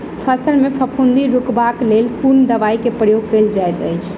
फसल मे फफूंदी रुकबाक लेल कुन दवाई केँ प्रयोग कैल जाइत अछि?